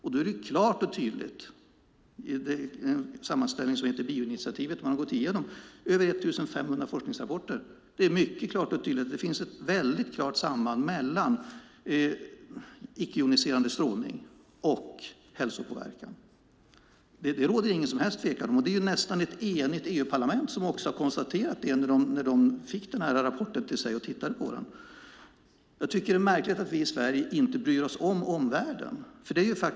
I en sammanställning av Bio-Initiative har man gått igenom över 1 500 forskningsrapporter. Där framgår det klart och tydligt att det finns ett klart samband mellan icke-joniserande strålning och hälsopåverkan. Det råder ingen som helst tvekan om det. Det är också nästan ett enigt EU-parlament som har konstaterat det när man fick denna rapport och tittade på den. Det är märkligt att vi i Sverige inte bryr oss om omvärlden.